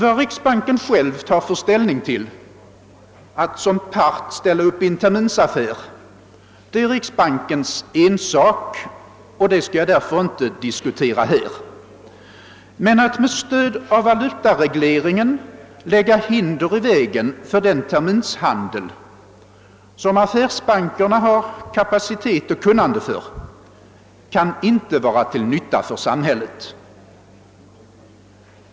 Vad riksbanken själv tar för ställning till att som part gå in i en terminsaffär är riksbankens ensak. Men att med stöd av valutaregleringen lägga hinder i vägen för den terminshandel som affärsbankerna har kapacitet och kunnande för kan inte vara till nytta för samhället.